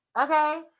okay